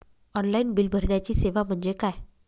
Online bill भरण्याची सेवा म्हणजे काय?